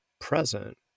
present